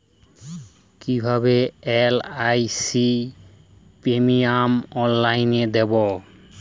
কিভাবে LIC premium অনলাইনে দেবো?